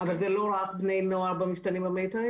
זה לא רק מפתנים ומיתרים,